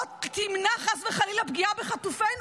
לא תמנע חס וחלילה פגיעה בחטופינו.